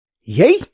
Yay